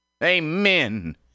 Amen